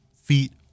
feet